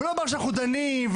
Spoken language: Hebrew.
ולא מה שאנחנו דנים,